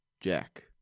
Jack